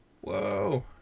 whoa